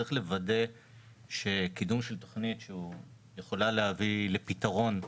צריך לוודא שקידום של תכנית שיכולה להביא לפתרון,